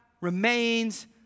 remains